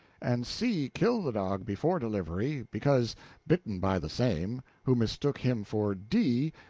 and c kill the dog before delivery, because bitten by the same, who mistook him for d,